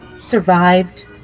survived